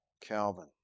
Calvin